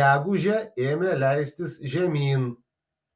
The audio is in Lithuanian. gegužę ėmė leistis žemyn